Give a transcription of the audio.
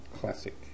Classic